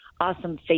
awesome